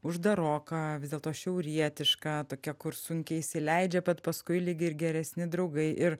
uždaroka vis dėlto šiaurietiška tokia kur sunkiai įsileidžia bet paskui lyg ir geresni draugai ir